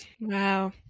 Wow